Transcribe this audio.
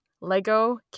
Lego